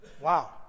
Wow